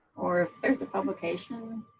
or if there's a publication,